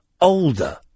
older